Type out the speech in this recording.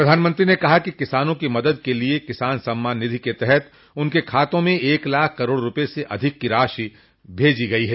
प्रधानमंत्री ने कहा कि किसानों की मदद के लिए किसान सम्मान निधि के तहत उनके खातों में एक लाख करोड़ रूपए से अधिक की राशि भेजी गई है